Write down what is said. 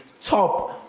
top